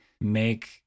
make